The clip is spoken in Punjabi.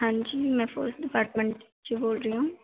ਹਾਂਜੀ ਮੈਂ ਫੋਰੇਸਟ ਡਿਪਾਰਟਮੈਂਟ 'ਚ ਬੋਲ ਰਹੀ ਹਾਂ